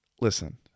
listen